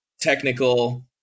technical